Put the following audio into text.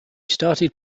started